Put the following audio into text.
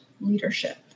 leadership